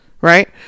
right